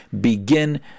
begin